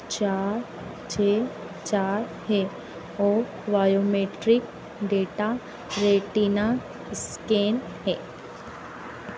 चार छः चार है और बायोमेट्रिक डेटा रेटिना स्कैन है